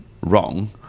wrong